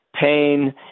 pain